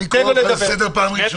יאיר, אני קורא אותך לסדר פעם ראשונה.